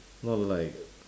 not like